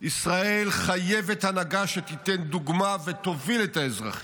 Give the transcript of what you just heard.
ישראל חייבת הנהגה שתיתן דוגמה ותוביל את האזרחים.